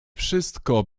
wszystko